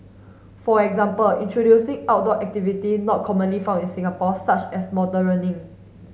for example introducing outdoor activity not commonly found in Singapore such as mountaineering